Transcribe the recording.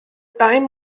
time